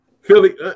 Philly